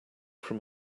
from